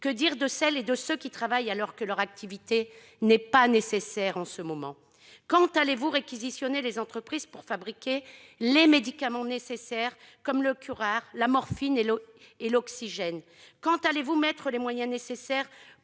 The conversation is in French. Que dire de celles et de ceux qui travaillent alors que leur activité n'est pas nécessaire en ce moment ? Quand allez-vous réquisitionner les entreprises pour qu'elles fabriquent les médicaments nécessaires, tels le curare ou la morphine, et l'oxygène ? Quand allez-vous engager les moyens nécessaires